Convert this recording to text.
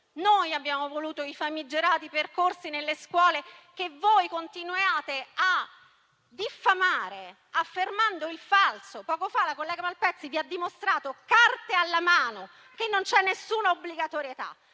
noi abbiamo voluto i famigerati percorsi nelle scuole che voi continuate a diffamare affermando il falso: poco fa la collega Malpezzi vi ha dimostrato, carte alla mano, che non c'è nessuna obbligatorietà